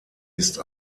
ist